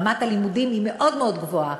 רמת הלימודים, היא מאוד מאוד גבוהה,